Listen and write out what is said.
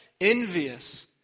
envious